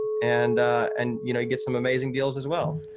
and and you know get some amazing deals as well.